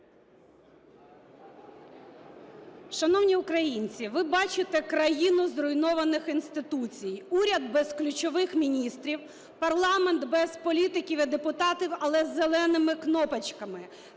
Шановні українці, ви бачите країну зруйнованих інституцій: уряд без ключових міністрів, парламент без політиків і депутатів, але з зеленими кнопочками.